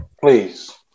Please